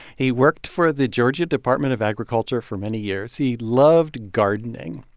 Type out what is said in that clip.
he worked for the georgia department of agriculture for many years. he loved gardening.